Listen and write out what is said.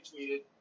tweeted